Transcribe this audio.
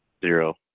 Zero